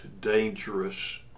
dangerous